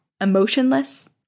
emotionless